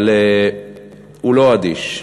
אבל הוא לא אדיש,